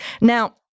Now